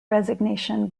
resignation